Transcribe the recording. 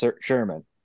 Sherman